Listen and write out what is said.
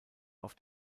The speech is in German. auf